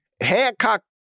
Hancock